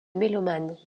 mélomanes